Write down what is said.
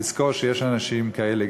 לזכור שיש גם אנשים כאלה,